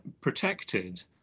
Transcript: protected